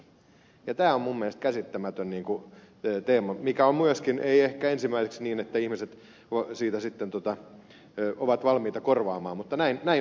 tämä on minun mielestäni käsittämätön asia ja ei ehkä myöskään ole ensimmäiseksi niin että ihmiset siitä ovat valmiita korvaamaan mutta näin vain on